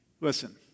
Listen